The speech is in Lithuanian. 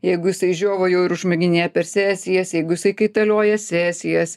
jeigu jisai žiovauja ir užmiginėja per sesijas jeigu jisai kaitalioja sesijas